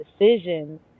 decisions